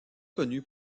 connu